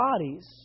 bodies